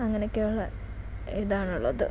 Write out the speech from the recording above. അങ്ങനെ ഒക്കെ ഉള്ള ഇതാണുള്ളത്